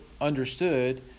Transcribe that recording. understood